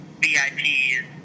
VIPs